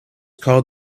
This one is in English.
called